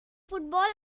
football